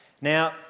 Now